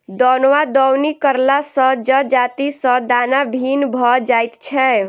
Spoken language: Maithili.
दौन वा दौनी करला सॅ जजाति सॅ दाना भिन्न भ जाइत छै